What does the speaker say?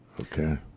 Okay